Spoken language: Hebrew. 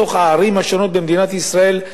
בתוך הערים במדינת ישראל,